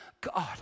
God